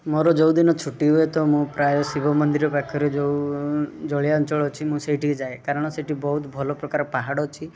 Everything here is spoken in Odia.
ମୋର ଯେଉଁ ଦିନ ଛୁଟି ହୁଏ ତ ମୁଁ ପ୍ରାୟ ଶିବ ମନ୍ଦିର ପାଖରେ ଯେଉଁ ଜଳୀୟ ଅଞ୍ଚଳ ଅଛି ମୁଁ ସେଇଠି ଯାଏ କାରଣ ସେଇଠି ବହୁତ ଭଲ ପ୍ରକାର ପାହାଡ଼ ଅଛି